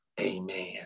amen